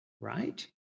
right